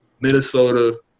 Minnesota